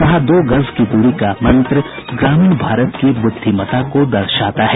कहा दो गज की दूरी का मंत्र ग्रामीण भारत की बुद्धिमता को दर्शाता है